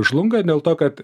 žlunga dėl to kad